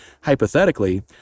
hypothetically